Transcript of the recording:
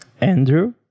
Andrew